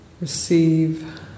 receive